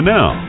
Now